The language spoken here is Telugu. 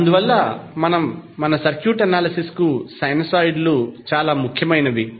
అందువల్ల మన సర్క్యూట్ అనాలిసిస్ కు సైనోసాయిడ్లు చాలా ముఖ్యమైనవి